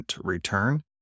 return